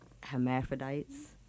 hermaphrodites